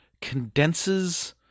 condenses